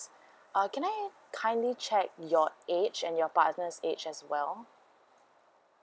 uh can I kindly check your age and your partner's age as well